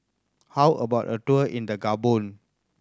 how about a tour in the Gabon